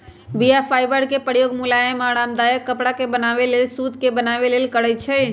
बीया फाइबर के प्रयोग मुलायम आऽ आरामदायक कपरा के बनाबे लेल सुत के बनाबे लेल करै छइ